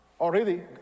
Already